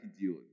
deal